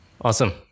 Awesome